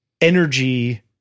energy